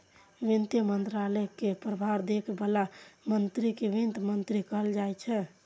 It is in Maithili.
वित्त मंत्रालय के प्रभार देखै बला मंत्री कें वित्त मंत्री कहल जाइ छै